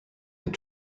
than